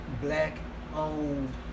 black-owned